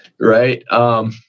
Right